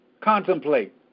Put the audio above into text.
contemplate